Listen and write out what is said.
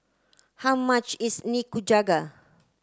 how much is Nikujaga